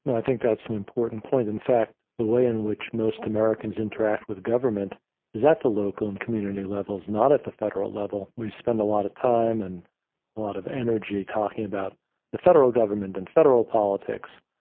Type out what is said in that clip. i think that's an important point. in fact, the way in which most americans interact with government is at the local and community levels, not at the federal level, we spend a lot of time and a lot of energy talking about the federal government and federal politics.